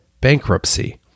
bankruptcy